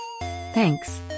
Thanks